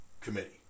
committee